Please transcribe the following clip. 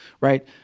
right